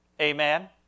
Amen